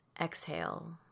Exhale